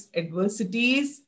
adversities